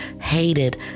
hated